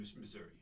Missouri